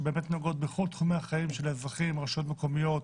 שנוגעות בכל תחומי החיים של האזרחים הרשויות המקומיות,